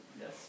Yes